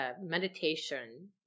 meditation